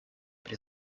pri